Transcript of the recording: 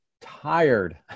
tired